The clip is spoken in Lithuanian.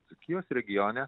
dzūkijos regione